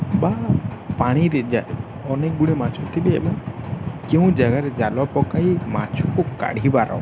ବା ପାଣିରେ ଯାଏ ଅନେକ ଗୁଡ଼ିଏ ମାଛ ଥିବେ ଏବଂ କେଉଁ ଜାଗାରେ ଜାଲ ପକାଇ ମାଛକୁ କାଢ଼ିବାର